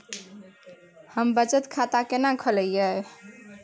हम बचत खाता केना खोलइयै?